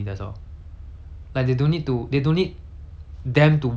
them to work and expose risk